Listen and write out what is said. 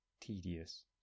tedious